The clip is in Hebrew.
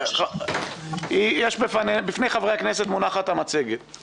יש פה תרחישים שמדברים על אורך השבתה בין חמישה שבועות ל-12